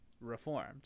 reformed